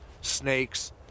snakes